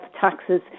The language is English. taxes